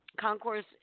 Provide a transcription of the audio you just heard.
concourse